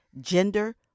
gender